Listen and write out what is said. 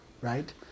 Right